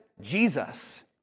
Jesus